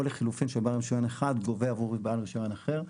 לחילופין שבעל רישיון אחד גובה עבור בעל רישיון אחר.